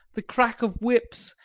the crack of whips,